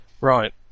Right